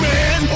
Man